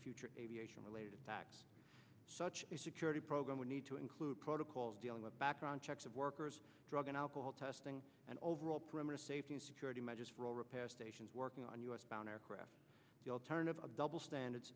future aviation related such security program would need to include protocols dealing with background checks of workers drug and alcohol testing and overall perimeter safety and security measures for all repair stations working on u s bound aircraft the alternative of double standards